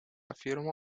afirmó